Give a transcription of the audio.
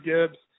Gibbs